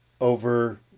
over